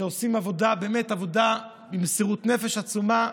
שעושה באמת עבודה במסירות נפש עצומה.